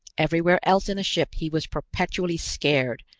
everywhere else in the ship he was perpetually scared,